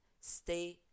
stay